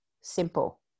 Simple